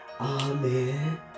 amen